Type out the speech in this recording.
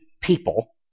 people